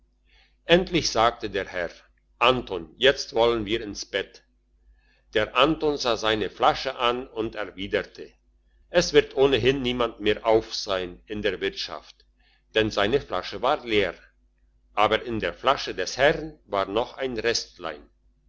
endlich sagte der herr anton jetzt wollen wir ins bett der anton sah seine flasche an und erwiderte es wird ohnehin niemand mehr auf sein in der wirtschaft denn seine flasche war leer aber in der flasche des herrn war noch ein restlein